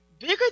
Bigger